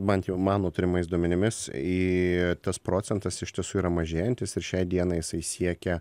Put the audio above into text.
bant jau mano turimais duomenimis į tas procentas iš tiesų yra mažėjantis ir šiai dienai jisai siekia